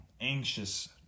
anxious